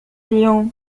اليوم